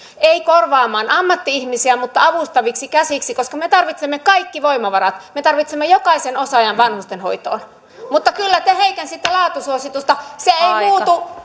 ei korvaamaan ammatti ihmisiä mutta avustaviksi käsiksi koska me tarvitsemme kaikki voimavarat me tarvitsemme jokaisen osaajan vanhustenhoitoon mutta kyllä te heikensitte laatusuositusta se ei